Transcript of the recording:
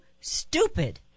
stupid